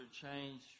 change